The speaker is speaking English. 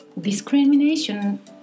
Discrimination